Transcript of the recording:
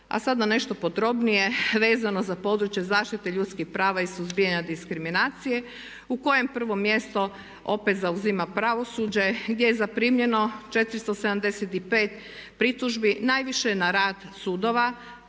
A sada nešto podrobnije vezano za područje zaštite ljudskih prava i suzbijanja diskriminacije u kojem prvo mjesto opet zauzima pravosuđe gdje je zaprimljeno 475 pritužbi najviše na rad sudova